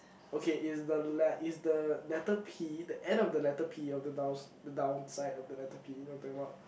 okay is the le~ is the letter P the end of the letter P of the down~ the downside of the letter P you know what I'm talking about